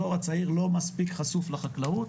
הדור הצעיר לא מספיק חשוף לחקלאות.